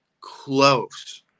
close